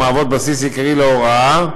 המהוות בסיס עיקרי להוראה,